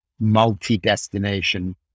multi-destination